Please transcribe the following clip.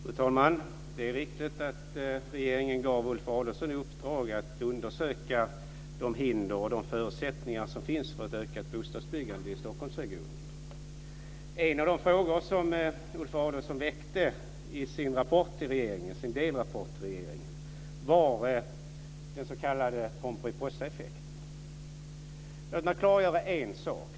Fru talman! Det är riktigt att regeringen gav Ulf Adelsohn i uppdrag att undersöka de hinder och förutsättningar som finns för ett ökat bostadsbyggande i Stockholmsregionen. En av de frågor Ulf Adelsohn väckte i sin delrapport till regeringen var den s.k. Låt mig klargöra en sak.